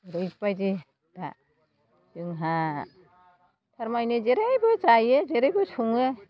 ओरैबायदि दा जोंहा थारमाने जेरैबो जायो जेरैबो सङो